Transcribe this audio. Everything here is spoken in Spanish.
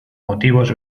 motivos